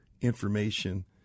information